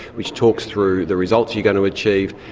which talks through the results you're going to achieve,